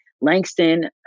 Langston